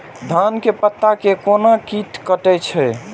धान के पत्ता के कोन कीट कटे छे?